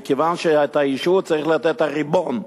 מכיוון שאת האישור צריך לתת הריבון.